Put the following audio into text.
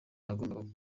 nagombaga